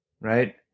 Right